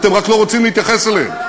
אתם רק לא רוצים להתייחס אליהם.